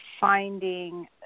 finding